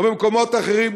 ובמקומות אחרים,